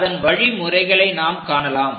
அதன் வழி முறைகளை நாம் காணலாம்